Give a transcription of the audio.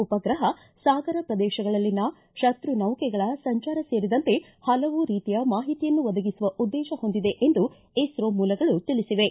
ಉಪಗ್ರಹ ಸಾಗರ ಪ್ರದೇಶಗಳಲ್ಲಿ ಶತ್ರು ನೌಕೆಗಳ ಸಂಚಾರ ಸೇರಿದಂತೆ ಹಲವು ರೀತಿಯ ಮಾಹಿತಿಯನ್ನು ಒದಗಿಸುವ ಉದ್ದೇತ ಹೊಂದಿದೆ ಎಂದು ಇಸ್ರೋ ಮೂಲಗಳು ತಿಳಿಸಿವೆ